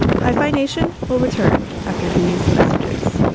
hyphenation. we'll return after these messages.